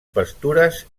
pastures